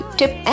tip